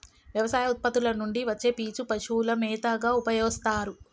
వ్యవసాయ ఉత్పత్తుల నుండి వచ్చే పీచు పశువుల మేతగా ఉపయోస్తారు